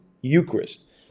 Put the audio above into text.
Eucharist